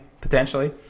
potentially